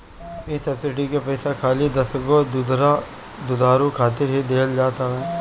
इ सब्सिडी के पईसा खाली दसगो दुधारू खातिर ही दिहल जात हवे